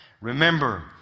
Remember